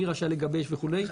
מי רשאי לגבש וכולי.